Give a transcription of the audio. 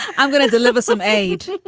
i'm going to deliver some aid.